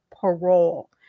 parole